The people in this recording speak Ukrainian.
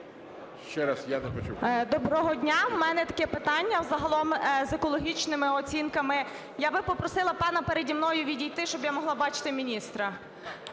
Доброго дня! У мене таке питання загалом з екологічними оцінками (я би попросила пана переді мною відійти, щоб я могла бачити міністра)